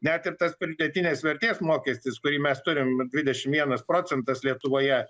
net ir tas pridėtinės vertės mokestis kurį mes turim dvidešim vienas procentas lietuvoje